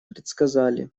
предсказали